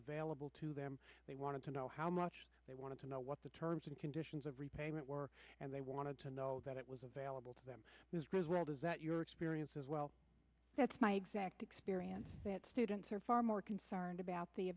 available to them they wanted to know how much they wanted to know what the terms and conditions of repayment were and they wanted to know that it was available to them as well is that your experience as well that's my exact experience that students are far more concerned about the